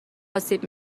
آسیب